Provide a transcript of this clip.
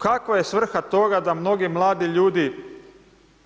Kakva je svrha toga da mnogi mladi ljudi